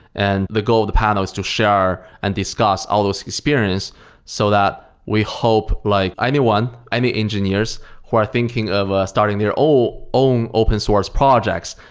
and the goal of the panel is to share and discuss all those experience so that we hope like anyone, any engineers who are thinking of starting their own open source projects,